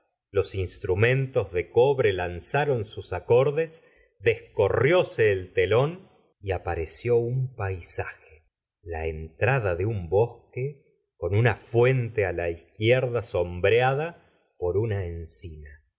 los instrumentos de cobre lanzaron sus acordes descorrióse el telón y apareció un paisaje la entrada de un bosque con una fu ente á la izquierda sombreada por una encina